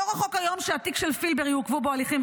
לא רחוק היום שהתיק של פילבר, יעוכבו בו הליכים.